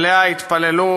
שאליה התפללו